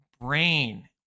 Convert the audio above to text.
brain